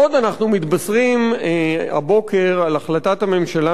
עוד אנחנו מתבשרים הבוקר על החלטת הממשלה